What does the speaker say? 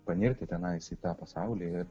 panirti tenais į tą pasaulį ir